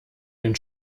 den